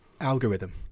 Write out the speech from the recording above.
algorithm